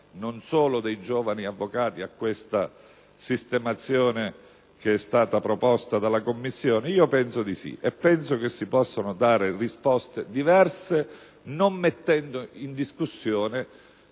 (non solo dei giovani avvocati) alla sistemazione normativa proposta dalla Commissione? Penso di sì, e penso anche che si possano dare risposte diverse, non mettendo in discussione